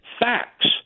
facts